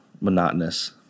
monotonous